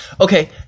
okay